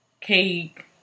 cake